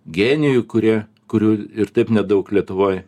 genijų kurie kurių ir taip nedaug lietuvoj